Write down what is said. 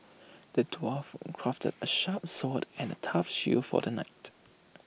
the dwarf crafted A sharp sword and A tough shield for the knight